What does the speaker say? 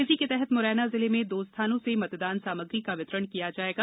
इसी के तहत मुरैना जिले में दो स्थानों से मतदान सामग्री का वितरण किया जायेगा